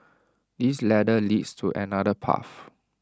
this ladder leads to another path